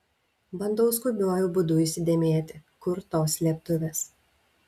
bandau skubiuoju būdu įsidėmėti kur tos slėptuvės